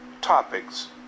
topics